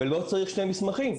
ולא צריך שני מסמכים.